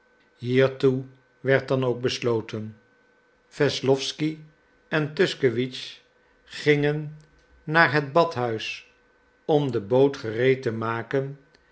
hiertoe werd dan ook besloten wesslowsky en tuschkewitsch gingen naar het badhuis om de boot gereed te maken